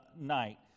night